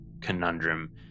conundrum